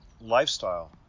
lifestyle